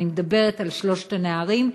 אני מדברת על שלושת הנערים.